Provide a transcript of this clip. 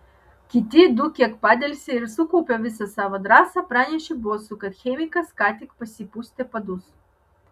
kiti du kiek padelsė ir sukaupę visą savo drąsą pranešė bosui kad chemikas ką tik pasipustė padus